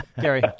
Gary